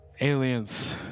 Aliens